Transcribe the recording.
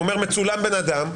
הוא אומר, מצולם בן אדם,